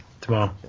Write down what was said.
tomorrow